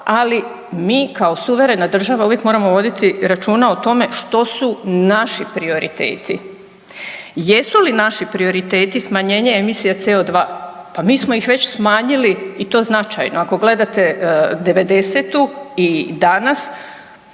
ali mi kao suverena država uvijek moramo voditi računa o tome što su naši prioriteti. Jesu li naši prioriteti smanjenje emisija CO2, pa mi smo ih već smanjili i to značajno, ako gledate '90.-tu i danas